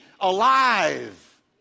alive